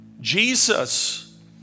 Jesus